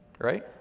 right